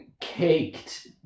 caked